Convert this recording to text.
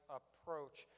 approach